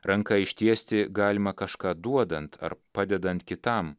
ranka ištiesti galima kažką duodant ar padedant kitam